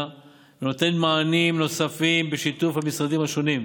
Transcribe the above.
ונותן מענים נוספים בשיתוף המשרדים השונים: